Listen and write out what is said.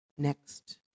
Next